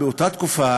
באותה תקופה,